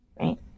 right